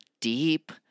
deep